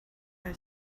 are